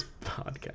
podcast